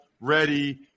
ready